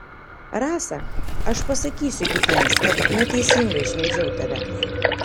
rasa aš pasakysiu kitiems kad neteisingai šmeižiau tave